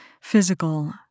physical